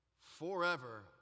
Forever